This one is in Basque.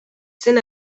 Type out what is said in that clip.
zen